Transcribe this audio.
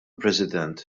president